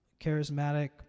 charismatic